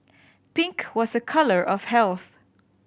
pink was a colour of health